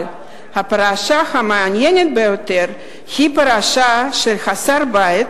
אבל הפרשה המעניינת ביותר היא הפרשה של חסר-בית